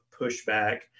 pushback